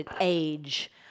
age